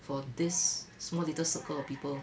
for this small little circle of people